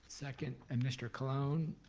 second, and mr. colon.